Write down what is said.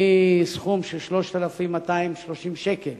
מסכום של 3,230 שקלים